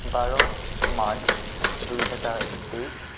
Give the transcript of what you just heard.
বাৰ March দুই হেজাৰ তেইছ